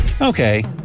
Okay